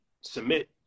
submit